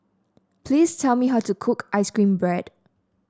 please tell me how to cook ice cream bread